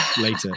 later